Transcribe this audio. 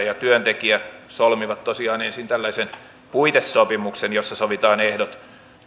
ja työntekijä solmivat tosiaan ensin tällaisen puitesopimuksen jossa sovitaan ehdot